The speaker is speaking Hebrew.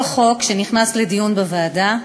כל חוק שנכנס לדיון בוועדה,